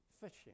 fishing